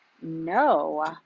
no